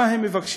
מה הם מבקשים?